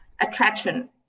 attraction